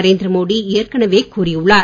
நரேந்திர மோடி ஏற்கனவே கூறியுள்ளார்